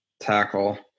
tackle